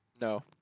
No